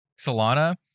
solana